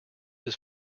his